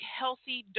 healthy